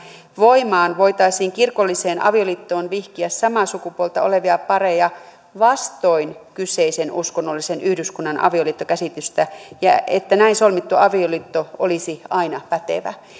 voimaan voitaisiin kirkolliseen avioliittoon vihkiä samaa sukupuolta olevia pareja vastoin kyseisen uskonnollisen yhdyskunnan avioliittokäsitystä ja että näin solmittu avioliitto olisi aina pätevä